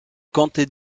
comté